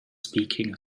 speaking